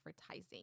advertising